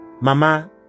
Mama